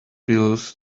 pills